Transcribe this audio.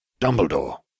Dumbledore